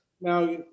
Now